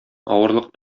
авырлык